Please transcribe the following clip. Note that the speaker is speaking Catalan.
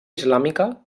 islàmica